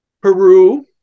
Peru